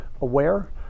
aware